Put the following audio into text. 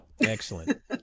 excellent